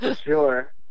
sure